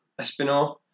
Espino